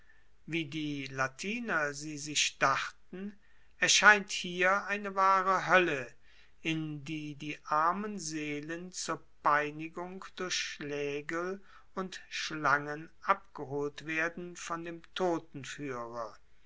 wie die latiner sie sich dachten erscheint hier eine wahre hoelle in die die armen seelen zur peinigung durch schlaegel und schlangen abgeholt werden von dem